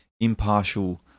impartial